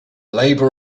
label